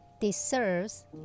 deserves